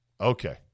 Okay